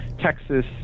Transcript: Texas